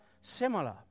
similar